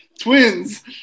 Twins